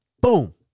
Boom